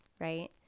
right